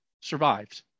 survived